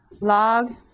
log